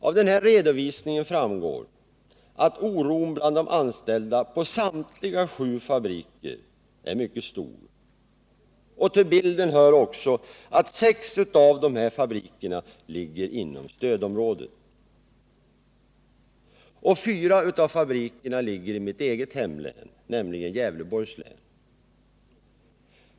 Av den här redovisningen framgår att oron bland de anställda på samtliga sju fabriker är mycket stor. Till bilden hör att sex av fabrikerna ligger inom stödområdet. Fyra av fabrikerna ligger i mitt eget hemlän, nämligen Gävleborgs län.